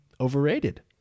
overrated